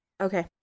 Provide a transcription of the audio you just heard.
Okay